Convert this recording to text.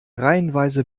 reihenweise